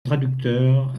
traducteur